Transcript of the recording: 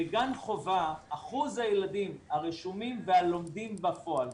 בגן חובה אחוז הילדים הרשומים והלומדים בפועל,